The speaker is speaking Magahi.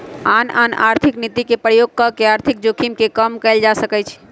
आन आन आर्थिक नीति के प्रयोग कऽ के आर्थिक जोखिम के कम कयल जा सकइ छइ